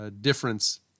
difference